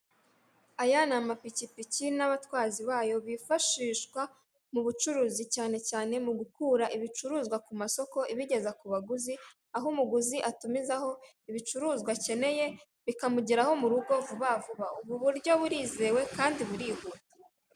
Aya n’ amapikipiki n'abatwazi bayo bifashishwa mu bucuruzi cyane cyane mu gukura ibicuruzwa ku masoko ibigeza ku baguzi aho umuguzi atumizaho ibicuruzwa akeneye bikamugeraho mu rugo vuba vuba, ubu buryo burizewe kandi buribwa.